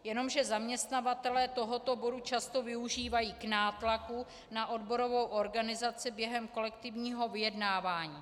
Jenomže zaměstnavatelé tohoto bodu často využívají k nátlaku na odborovou organizaci během kolektivního vyjednávání.